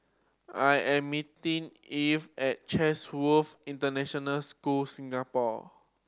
I am meeting Ivey at Chatsworth International School Singapore